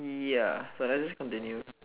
ya but let's just continue